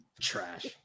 Trash